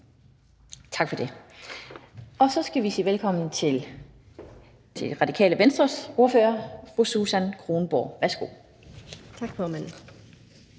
Tak for det. Så skal vi sige velkommen til Radikale Venstres ordfører, fru Susan Kronborg. Værsgo. Kl.